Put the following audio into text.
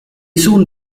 soon